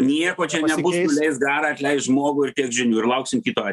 nieko čia nebus nuleis garą atleis žmogų ir tiek žinių ir lauksim kito atvejo